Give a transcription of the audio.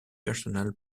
personal